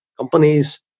companies